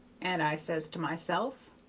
and i says to myself,